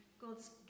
God's